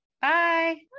Bye